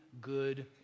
good